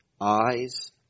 Eyes